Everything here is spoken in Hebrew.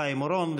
חיים אורון,